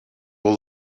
will